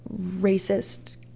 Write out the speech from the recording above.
racist